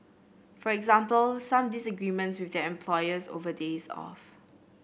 for example some disagreements with their employers over days off